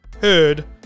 heard